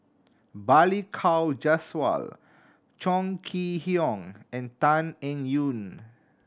Balli Kaur Jaswal Chong Kee Hiong and Tan Eng Yoon